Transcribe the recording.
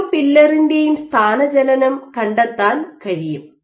ഓരോ പില്ലറിന്റെയും സ്ഥാനചലനം കണ്ടെത്താൻ കഴിയും